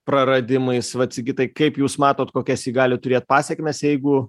praradimais va sigitai kaip jūs matot kokias ji gali turėt pasekmes jeigu